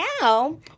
now